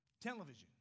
television